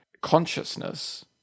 consciousness